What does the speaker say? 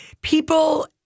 people